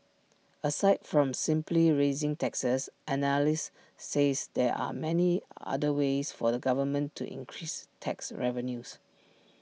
aside from simply raising taxes analysts said there are many other ways for the government to increase tax revenues